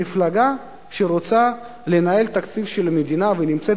מפלגה שרוצה לנהל תקציב של מדינה ונמצאת